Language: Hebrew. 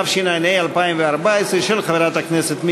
חברי הכנסת,